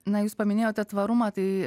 na jūs paminėjote tvarumą tai